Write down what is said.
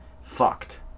fucked